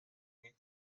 este